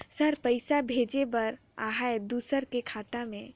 Sir पइसा भेजे बर आहाय दुसर के खाता मे?